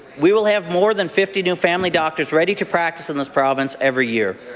we will have more than fifty new family doctors ready to practice in this province every year.